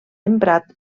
emprat